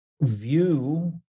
view